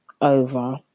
over